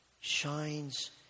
shines